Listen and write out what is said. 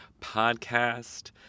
podcast